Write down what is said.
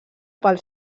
pel